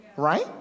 Right